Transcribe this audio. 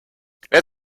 wer